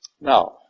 Now